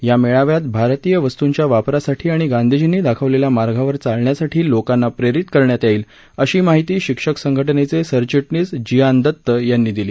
या मेळाव्यात भारतीय वस्तूंच्या वापरासाठी आणि गांधीजींनी दाखविलेल्या मार्गावर चालण्यासाठी लोकांना प्रेरित करण्यात येईल अशी माहिती शिक्षक संघटनेचे सरचिटणीस जीआन दत्त यांनी दिली